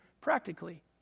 practically